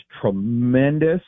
tremendous